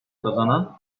kazanan